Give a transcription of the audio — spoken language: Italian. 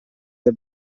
del